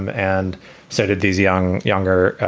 um and so did these young, younger,